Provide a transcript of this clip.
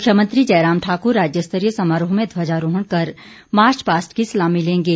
मुख्यमंत्री जयराम ठाकुर राज्य स्तरीय समारोह में ध्वजारोहण कर मार्च पास्ट की सलामी लेंगे